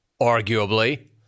Arguably